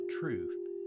truth